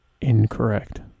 Incorrect